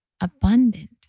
abundant